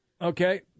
Okay